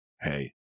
Hey